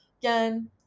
again